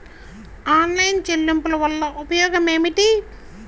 Online చెల్లింపుల వల్ల ఉపయోగమేమిటీ?